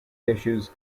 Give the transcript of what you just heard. issues